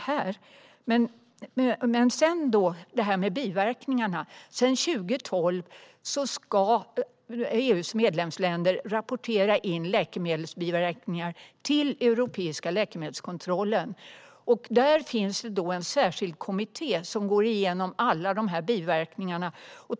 När det gäller biverkningarna ska EU:s medlemsländer sedan 2012 rapportera in läkemedelsbiverkningar till den europeiska läkemedelskontrollen. Där finns en särskild kommitté som går igenom alla de här biverkningarna.